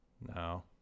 No